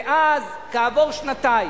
ואז כעבור שנתיים,